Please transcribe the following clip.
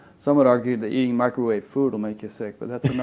some would argue that eating microwave food will make you sick, but that's